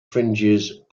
fringes